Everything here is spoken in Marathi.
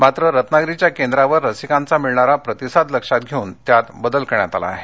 मात्र रत्नागिरीच्या केंद्रावर रसिकांचा मिळणारा प्रतिसाद लक्षात घेऊन त्यात बदल करण्यात आला आहे